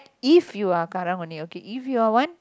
if you are Karang-Guni okay if you are one